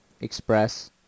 Express